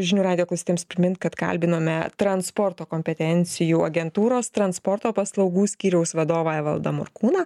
žinių radijo klausytojams primint kad kalbinome transporto kompetencijų agentūros transporto paslaugų skyriaus vadovą evaldą morkūną